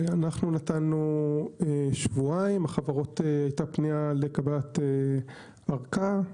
נתנו שבועיים והייתה פניה לקבלת ארכה.